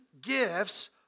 gifts